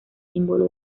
símbolo